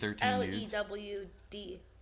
L-E-W-D